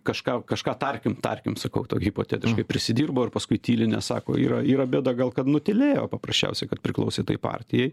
kažką kažką tarkim tarkim sakau to hipotetiškai prisidirbo ir paskui tyli nesako yra yra bėda gal kad nutylėjo paprasčiausiai kad priklausė tai partijai